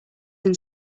than